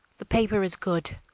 the paper is good,